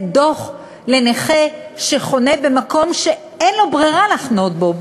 דוח לנכה שחונה במקום שאין לו ברירה אלא לחנות בו,